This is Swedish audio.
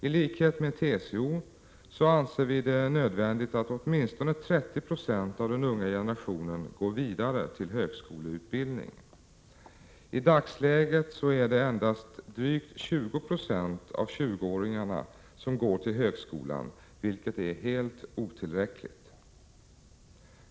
I likhet med TCO anser vi det nödvändigt att åtminstone 30 26 av den unga generationen går vidare till högskoleutbildning. I dagsläget är det endast drygt 20 96 av 20-åringarna som går till högskolan, vilket är helt otillräckligt.